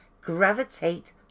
gravitate